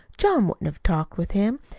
john wouldn't have talked with him.